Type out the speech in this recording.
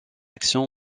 actions